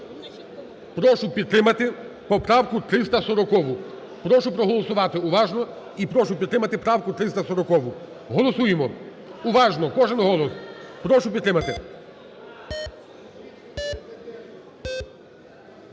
Прошу підтримати поправку 340. Прошу проголосувати уважно і прошу підтримати правку 340. Голосуємо! Уважно кожен голос! Прошу підтримати.